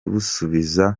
busubiza